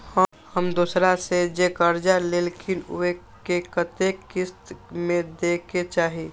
हम दोसरा से जे कर्जा लेलखिन वे के कतेक किस्त में दे के चाही?